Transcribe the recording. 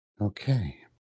okay